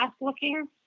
looking